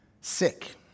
sick